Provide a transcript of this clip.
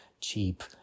cheap